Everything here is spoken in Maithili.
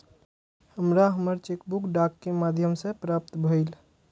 हमरा हमर चेक बुक डाक के माध्यम से प्राप्त भईल